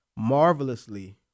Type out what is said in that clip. marvelously